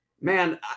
man